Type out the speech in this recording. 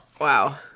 Wow